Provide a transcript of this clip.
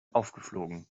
aufgeflogen